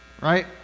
Right